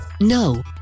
No